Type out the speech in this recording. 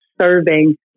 serving